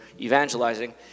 evangelizing